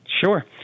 Sure